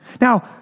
Now